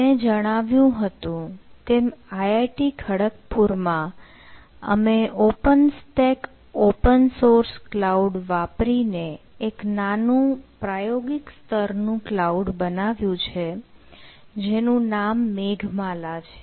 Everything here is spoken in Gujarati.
મેં જણાવ્યું હતું તેમ IIT Kharagpur માં અમે OpenStack open source cloud વાપરીને એક નાનું પ્રાયોગિક સ્તરનું ક્લાઉડ બનાવ્યું છે જેનું નામ મેઘમાલા છે